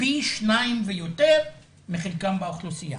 פי שניים ויותר מחלקם באוכלוסייה.